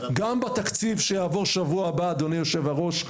גם בתקציב שיעבור בשבוע הבא אדוני היושב-ראש,